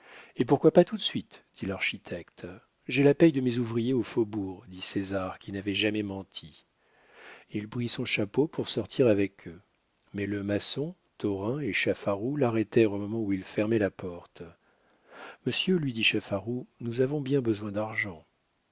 et pourquoi pas tout de suite dit l'architecte j'ai la paie de mes ouvriers au faubourg dit césar qui n'avait jamais menti il prit son chapeau pour sortir avec eux mais le maçon thorein et chaffaroux l'arrêtèrent au moment où il fermait la porte monsieur lui dit chaffaroux nous avons bien besoin d'argent